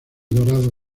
dorado